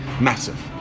Massive